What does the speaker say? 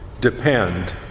depend